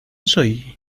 soy